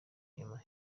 inyuma